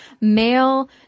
male